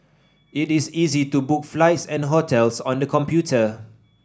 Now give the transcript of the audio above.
it is easy to book flights and hotels on the computer